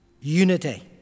Unity